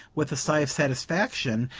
with a sigh of satisfaction,